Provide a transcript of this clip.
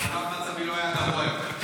מעולם מצבי לא היה גרוע יותר.